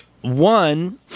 one